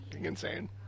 insane